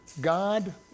God